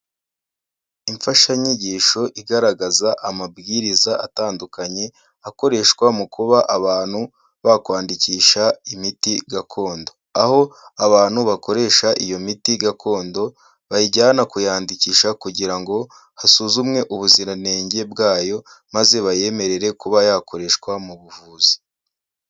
Imfashanyigisho igaragaza amabwiriza atandukanye akoreshwa mu kuba abantu bakwandikisha imiti gakondo. Aho abantu bakoresha iyo miti gakondo, bayijyana kuyandikisha kugira ngo hasuzumwe ubuziranenge bwayo, maze bayemerere kuba yakoreshwa mu buvuzi.